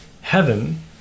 Heaven